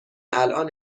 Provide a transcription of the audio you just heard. الان